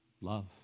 love